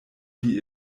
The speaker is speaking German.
die